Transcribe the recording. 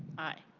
i.